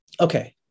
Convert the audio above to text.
okay